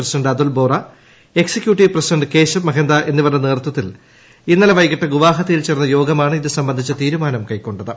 president Atul Bora executive president Keshab Mahanta എന്നിവരുടെ നേതൃത്വത്തിൽ ഇന്നലെ വൈകിട്ട് ഗുവാഹത്തിയിൽ ചേർന്ന യോഗമാണ് ഇതു സംബന്ധിച്ച തീരുമാനം കൈകൊണ്ടത്